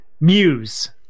Muse